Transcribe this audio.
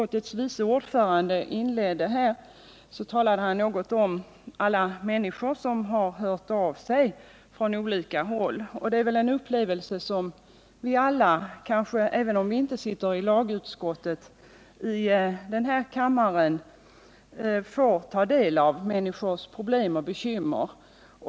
I sitt inledningsanförande talade utskottets vice ordförande något om alla människor som har hört av sig från olika håll. Alla får vi kanske i denna kammare, även om vi inte sitter i lagutskottet, ta del av människors problem och bekymmer.